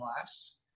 lasts